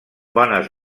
bones